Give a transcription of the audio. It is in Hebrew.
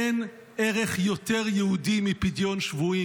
אין ערך יותר יהודי מפדיון שבויים.